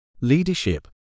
Leadership